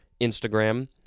Instagram